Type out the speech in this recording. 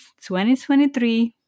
2023